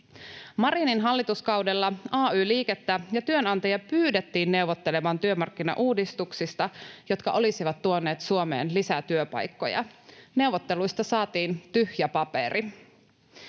Marinin hallituskaudella ay-liikettä ja työnantajia pyydettiin neuvottelemaan työmarkkinauudistuksista, jotka olisivat tuoneet Suomeen lisää työpaikkoja — neuvotteluista saatiin tyhjä paperi.